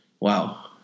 Wow